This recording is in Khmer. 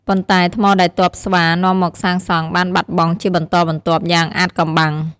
ប៉ុន្តែថ្មដែលទ័ពស្វានាំមកសង់បានបាត់បង់ជាបន្តបន្ទាប់យ៉ាងអាថ៌កំបាំង។